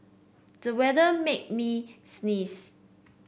the weather made me sneeze